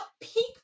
peak